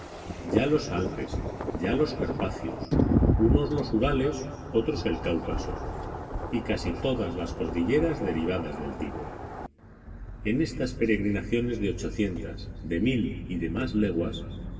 ya los alpes ya los carpacios unos los urales otros el cáucaso y casi todas las cordilleras derivadas del tíbet en estas peregrinaciones de ochocientas de mil y de más leguas